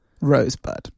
Rosebud